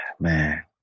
man